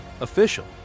official